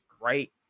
right